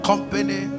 Company